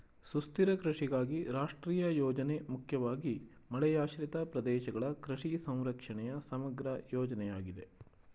ಸುಸ್ಥಿರ ಕೃಷಿಗಾಗಿ ರಾಷ್ಟ್ರೀಯ ಯೋಜನೆ ಮುಖ್ಯವಾಗಿ ಮಳೆಯಾಶ್ರಿತ ಪ್ರದೇಶಗಳ ಕೃಷಿ ಸಂರಕ್ಷಣೆಯ ಸಮಗ್ರ ಯೋಜನೆಯಾಗಿದೆ